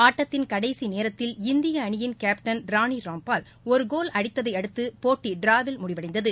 ஆட்டத்தின் கடைசிநேரத்தில் இந்திய அனியின் கேப்டன் ரானிராம்பால் ஒரு கோல் அடித்ததையடுத்து போட்டி டிராவில் முடிவடைந்தது